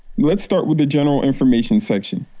let's start with the general information section.